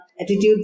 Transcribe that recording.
attitudes